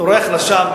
טורח לשווא,